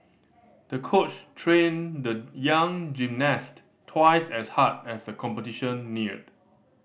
the coach trained the young gymnast twice as hard as the competition neared